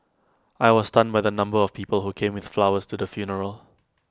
I was stunned by the number of people who came with flowers to the funeral